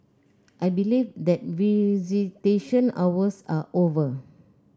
I believe that visitation